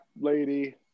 lady